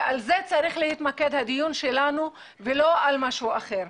ועל זה צריך להתמקד הדיון שלנו ולא על משהו אחר.